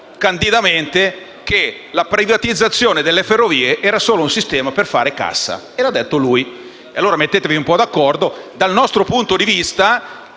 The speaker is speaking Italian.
candidamente che la privatizzazione delle ferrovie era solo un sistema per far cassa (lo ha detto lui). Dunque: mettetevi d'accordo! Dal nostro punto di vista,